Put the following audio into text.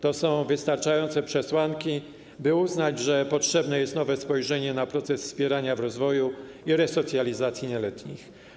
To są wystarczające przesłanki, by uznać, że potrzebne jest nowe spojrzenie na proces wspierania rozwoju i resocjalizacji nieletnich.